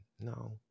No